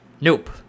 Nope